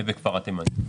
בכפר התימנים.